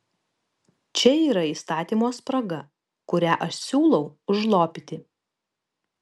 čia yra įstatymo spraga kurią aš siūlau užlopyti